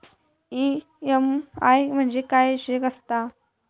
EMI म्हणजे काय विषय आसता?